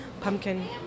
pumpkin